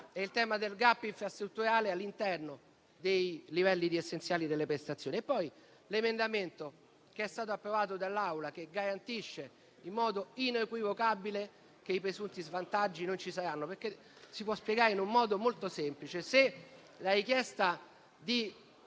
e del *gap* infrastrutturale all'interno dei livelli essenziali delle prestazioni; l'emendamento approvato dall'Assemblea che garantisce in modo inequivocabile che i presunti svantaggi non ci saranno. Quest'ultimo punto si può spiegare in un modo molto semplice: se la richiesta di